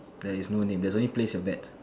there is no name there's only place your bets